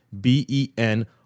B-E-N